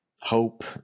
hope